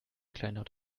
kleinlaut